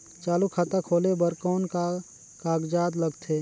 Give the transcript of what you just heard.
चालू खाता खोले बर कौन का कागजात लगथे?